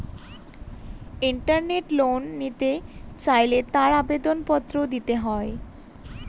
ইন্টারনেটে লোন নিতে চাইলে তার আবেদন পত্র দিতে হয়